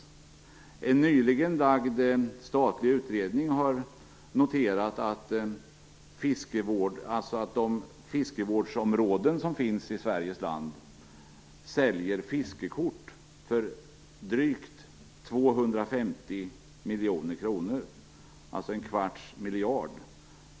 I en nyligen framlagd statlig utredning har man noterat att de fiskevårdsområden som finns i Sveriges land säljer fiskekort för drygt 250 miljoner kronor, alltså en kvarts miljard.